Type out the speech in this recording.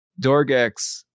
Dorgex